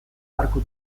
arku